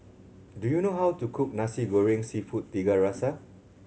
do you know how to cook Nasi Goreng Seafood Tiga Rasa